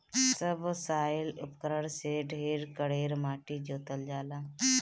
subsoil उपकरण से ढेर कड़ेर माटी जोतल जाला